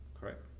Correct